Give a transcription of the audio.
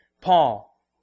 Paul